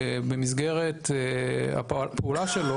במסגרת פעולתו,